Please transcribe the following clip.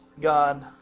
God